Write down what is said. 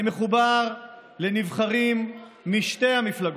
אני מחובר לנבחרים משתי המפלגות,